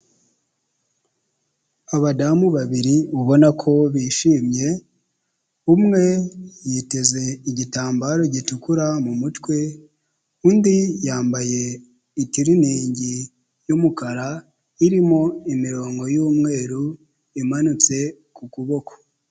Abadamu babiri ubona ko bishimye. Umwe yiteze igitambaro gitukura mu mutwe, undi yambaye itiriningi y'umukara irimo imirongo y'umweru imanutse ku kuboko.